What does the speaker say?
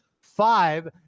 five